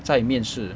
在面试